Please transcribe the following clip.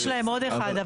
יש להם עוד אחד,